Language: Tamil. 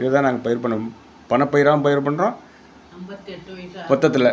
இது தான் நாங்கள் பயிர் பண் பணப்பயிராகவும் பயிர் பண்ணுறோம் மொத்தத்தில்